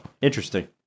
interesting